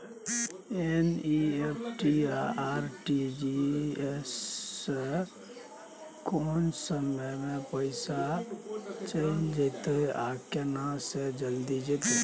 NEFT आ RTG S स कत्ते समय म पैसा चैल जेतै आ केना से जल्दी जेतै?